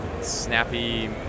snappy